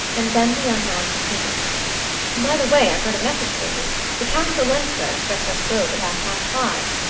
and then the young man continued by the way, i've got a message for you the countess olenska expects us both at half-past five.